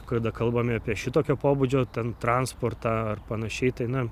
kada kalbame apie šitokio pobūdžio ten transportą ar panašiai tai na